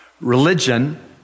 Religion